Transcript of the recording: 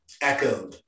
echoed